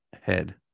Head